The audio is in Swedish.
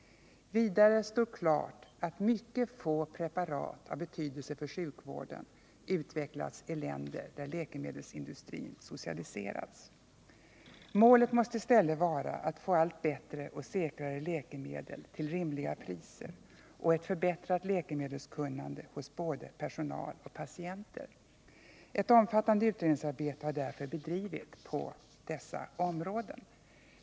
Vidare står klart att mycket få preparat av betydelse för sjukvården utvecklats i länder där läkemedelsindustrin har socialiserats. Målet måste i stället vara att få allt bättre och säkrare läkemedel till rimliga priser och ett förbättrat läkemedelskunnande hos både personal och patienter. Ett omfattande utredningsarbete har därför bedrivits på dessa områden.